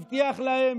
הבטיח להם,